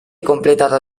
completata